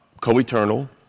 Co-eternal